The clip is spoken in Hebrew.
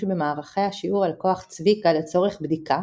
במערכי השיעור על כוח צביקה לצורך בדיקה